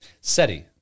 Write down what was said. SETI